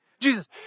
Jesus